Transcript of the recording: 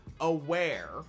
aware